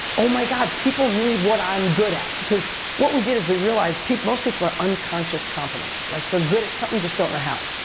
oh my god, people need what i'm good at. because what we did is we realized, most people are unconscious competence. like, they're good at something, just don't know how.